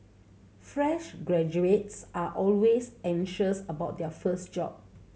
fresh graduates are always anxious about their first job